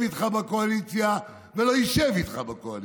איתך בקואליציה ולא ישב איתך בקואליציה,